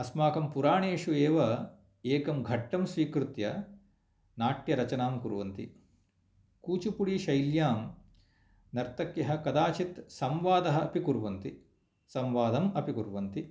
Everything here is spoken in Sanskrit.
अस्माकं पुराणेषु एव एकं घट्टम् स्वीकृत्य नाट्यरचनां कुर्वन्ति कूचिपूडी शैल्यां नर्तक्यः कदाचित् संवादः अपि कुर्वन्ति सम्वादम् अपि कुर्वन्ति